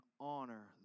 honor